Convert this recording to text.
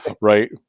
right